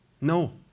no